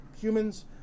humans